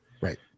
Right